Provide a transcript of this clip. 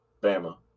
Bama